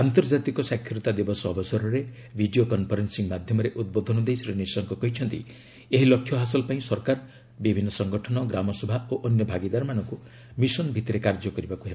ଆନ୍ତର୍ଜାତିକ ସାକ୍ଷରତା ଦିବସ ଅବସରରେ ଭିଡ଼ିଓ କନ୍ଫରେନ୍ ି ମାଧ୍ୟମରେ ଉଦ୍ବୋଧନ ଦେଇ ଶ୍ରୀ ନିଶଙ୍କ କହିଛନ୍ତି ଏହି ଲକ୍ଷ୍ୟ ହାସଲ ପାଇଁ ସରକାର ବିଭିନ୍ନ ସଂଗଠନ ଗ୍ରାମସଭା ଓ ଅନ୍ୟ ଭାଗିଦାରମାନଙ୍କୁ ମିଶନ୍ ଭିଭିରେ କାର୍ଯ୍ୟ କରିବାକୁ ହେବ